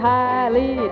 highly